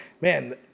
man